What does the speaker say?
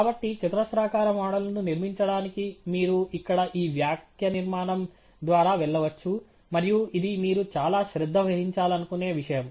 కాబట్టి చతురస్రాకార మోడల్ ను నిర్మించడానికి మీరు ఇక్కడ ఈ వాక్యనిర్మాణం ద్వారా వెళ్ళవచ్చు మరియు ఇది మీరు చాలా శ్రద్ధ వహించాలనుకునే విషయం